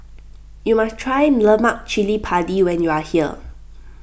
you must try Lemak Cili Padi when you are here